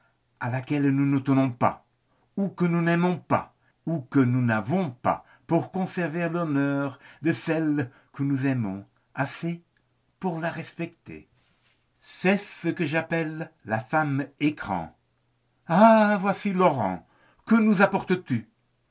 à laquelle nous ne tenons pas ou que nous n'aimons pas ou que nous n'avons pas pour conserver l'honneur de celle que nous aimons assez pour la respecter c'est ce que j'appelle la femme écran ha voici laurent que nous apportes tu